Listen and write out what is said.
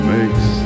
Makes